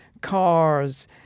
cars